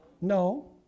no